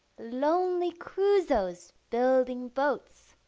lonely crusoes building boats